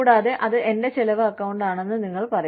കൂടാതെ ഇത് എന്റെ ചെലവ് അക്കൌണ്ടാണെന്ന് നിങ്ങൾ പറയും